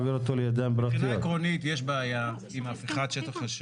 מבחינה עקרונית יש בעיה עם הפיכת שטח של